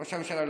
ראש הממשלה.